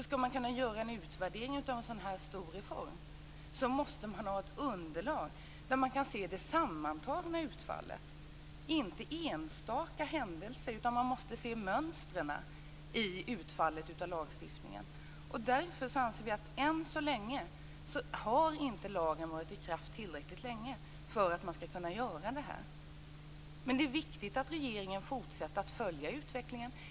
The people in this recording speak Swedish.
Skall man kunna göra en utvärdering av en sådan här stor reform måste man ha ett underlag där man kan se det sammantagna utfallet, inte enstaka händelser. Man måste se mönstren i utfallet av lagstiftningen. Därför anser vi att lagen än så länge inte har varit i kraft tillräckligt länge för att man skall kunna göra en utvärdering. Men det är viktigt att regeringen fortsätter att följa utvecklingen.